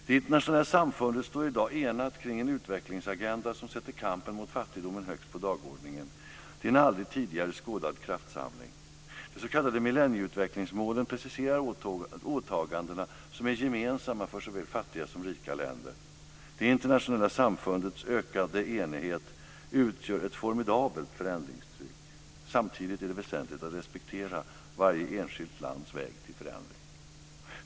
Det internationella samfundet står i dag enat kring en utvecklingsagenda som sätter kampen mot fattigdomen högst på dagordningen. Det är en aldrig tidigare skådad kraftsamling. De s.k. millennieutvecklingsmålen preciserar åtagandena som är gemensamma för såväl fattiga som rika länder. Det internationella samfundets ökande enighet utgör ett formidabelt förändringstryck. Samtidigt är det väsentligt att respektera varje enskilt lands väg till förändring.